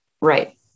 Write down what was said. Right